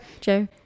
joe